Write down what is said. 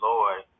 Lord